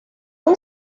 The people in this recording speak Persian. اون